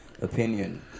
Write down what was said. opinion